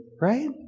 right